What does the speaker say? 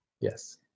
Yes